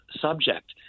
subject